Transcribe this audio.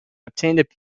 obtained